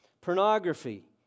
pornography